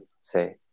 say